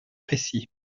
précis